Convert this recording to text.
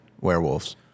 werewolves